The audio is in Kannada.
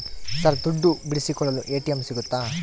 ಸರ್ ದುಡ್ಡು ಬಿಡಿಸಿಕೊಳ್ಳಲು ಎ.ಟಿ.ಎಂ ಸಿಗುತ್ತಾ?